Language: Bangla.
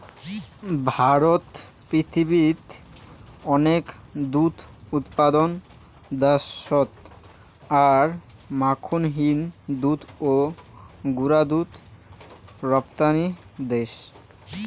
ভারত পৃথিবীত অনেক দুধ উৎপাদন দ্যাশ আর মাখনহীন দুধ ও গুঁড়া দুধ রপ্তানির দ্যাশ